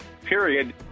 period